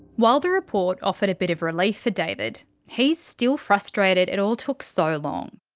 while the report offered a bit of relief for david, he's still frustrated it all took so long.